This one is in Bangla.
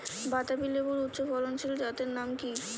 বাতাবি লেবুর উচ্চ ফলনশীল জাতের নাম কি?